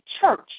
church